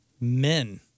men